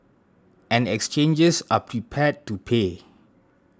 and exchanges are prepared to pay